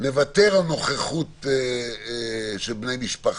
זה אנחנו הודענו, זה לא בידיים שלנו.